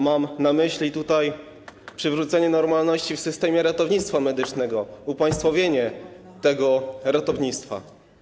Mam tutaj na myśli przywrócenie normalności w systemie ratownictwa medycznego, upaństwowienie tego ratownictwa.